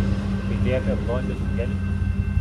skaitei apie blondę su geliku